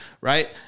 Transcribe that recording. right